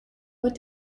what